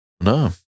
no